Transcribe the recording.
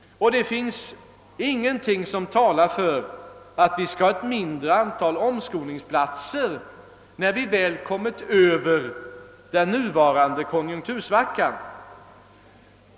Det finns ingenting som talar för att vi bör ha ett mindre antal omskolningsplatser när vi väl kommit över den nuvarande konjunktursvackan.